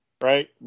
Right